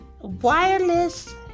wireless